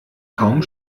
kaum